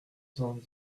soixante